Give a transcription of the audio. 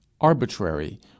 arbitrary